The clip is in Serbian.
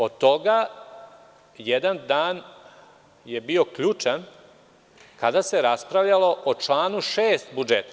Od toga jedan dan je bio ključan kada se raspravljalo o članu 6. budžeta.